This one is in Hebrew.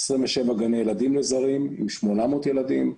27 גני ילדים לזרים עם 800 ילדים,